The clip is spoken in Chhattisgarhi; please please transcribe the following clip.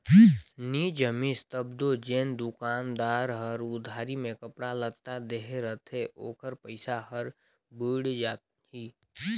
नी जमिस तब दो जेन दोकानदार हर उधारी में कपड़ा लत्ता देहे रहथे ओकर पइसा हर बुइड़ जाही